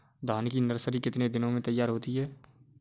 धान की नर्सरी कितने दिनों में तैयार होती है?